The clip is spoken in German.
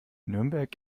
nürnberg